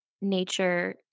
nature